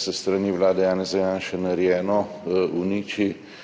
s strani vlade Janeza Janše narejeno, uniči,